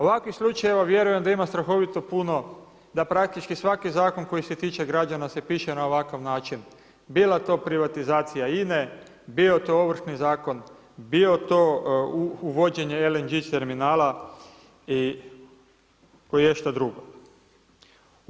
Ovakvih slučajeva vjerujem da ima strahovito puno, da praktički svaki zakon, koji se tiče građana se piše na ovakav način, bila to privatizacija INA-e, bio to Ovršni zakon, bio to uvođenje LNG terminala i koješta drugo.